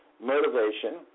motivation